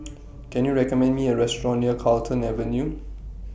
Can YOU recommend Me A Restaurant near Carlton Avenue